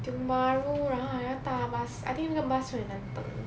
tiong bahru 然后还要搭 bus I think 那个 bus 会很难等